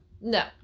No